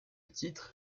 titre